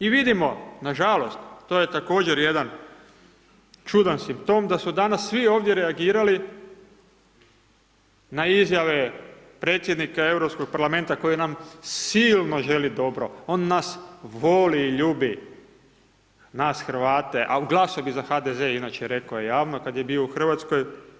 I vidimo nažalost, to je također jedan čudan simptom da su danas svi ovdje reagirali na izjave predsjednika Europskog parlamenta koji nam silno želi dobro, on nas voli i ljudi, nas Hrvate a glasao bi za HDZ rekao je javno kada je bio u Hrvatskoj.